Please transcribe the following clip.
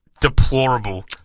deplorable